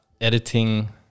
editing